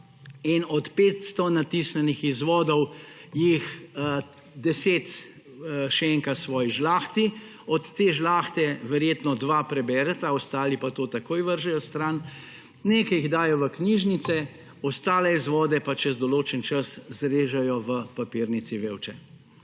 od 500 natisnjenih izvodov jih 10 šenka svoji žlahti, od te žlahte verjetno dva prebereta, ostali pa to takoj vržejo stran, nekaj jih dajo v knjižnice, ostale izvode pa čez določen čas zrežejo v Papirnici Vevče.